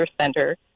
center